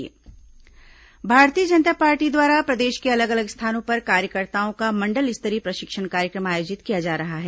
भाजपा प्रशिक्षण शिविर भारतीय जनता पार्टी द्वारा प्रदेश के अलग अलग स्थानों पर कार्यकर्ताओं का मंडल स्तरीय प्रशिक्षण कार्यक्रम आयोजित किया जा रहा है